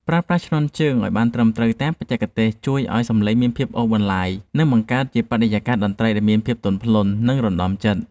ប្រើប្រាស់ឈ្នាន់ជើងឱ្យបានត្រឹមត្រូវតាមបច្ចេកទេសជួយឱ្យសម្លេងមានភាពអូសបន្លាយ និងបង្កើតជាបរិយាកាសតន្ត្រីដែលមានភាពទន់ភ្លន់ និងរណ្ដំចិត្ត។